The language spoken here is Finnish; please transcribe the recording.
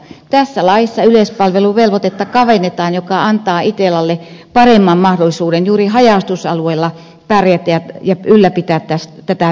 tässä laissa yleispalveluvelvoitetta kavennetaan mikä antaa itellalle paremman mahdollisuuden juuri haja asutusalueella pärjätä ja ylläpitää tätä verkostoa